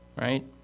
right